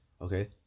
Okay